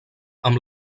amb